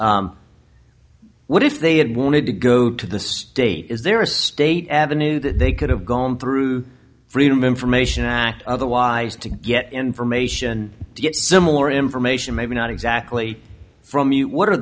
us what if they had wanted to go to the state is there a state avenue that they could have gone through freedom of information act otherwise to get information to get similar information maybe not exactly from you what are